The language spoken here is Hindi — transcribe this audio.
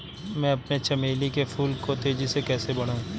मैं अपने चमेली के फूल को तेजी से कैसे बढाऊं?